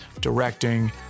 directing